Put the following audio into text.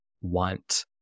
want